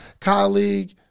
colleague